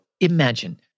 imagine